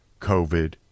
COVID